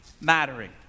mattering